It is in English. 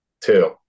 Two